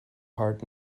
hard